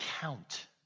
count